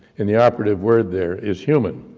and the operative word there is human.